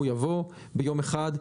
הוא יבוא ביום אחד,